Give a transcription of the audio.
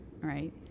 right